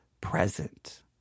present